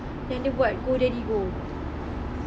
yang dia buat go daddy go